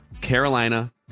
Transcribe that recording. Carolina